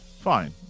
Fine